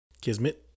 Kismet